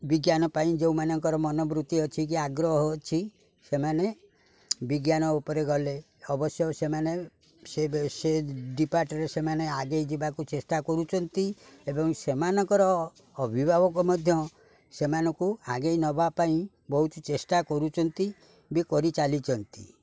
ବିଜ୍ଞାନ ପାଇଁ ଯେଉଁମାନଙ୍କର ମନବୃତ୍ତି ଅଛି କି ଆଗ୍ରହ ଅଛି ସେମାନେ ବିଜ୍ଞାନ ଉପରେ ଗଲେ ଅବଶ୍ୟ ସେମାନେ ସେ ଡିପାର୍ଟରେ ସେମାନେ ଆଗେଇ ଯିବାକୁ ଚେଷ୍ଟା କରୁଛନ୍ତି ଏବଂ ସେମାନଙ୍କର ଅଭିଭାବକ ମଧ୍ୟ ସେମାନଙ୍କୁ ଆଗେଇ ନବା ପାଇଁ ବହୁତ ଚେଷ୍ଟା କରୁଛନ୍ତି ବି କରିଚାଲିଛନ୍ତି